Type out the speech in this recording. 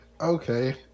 Okay